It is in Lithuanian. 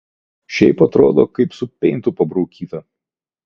šiaip atrodo kaip su peintu pabraukyta